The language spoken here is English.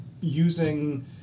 using